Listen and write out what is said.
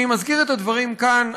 אני מזכיר את הדברים כאן,